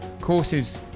courses